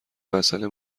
مساله